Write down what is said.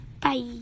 bye